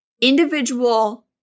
individual